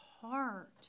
heart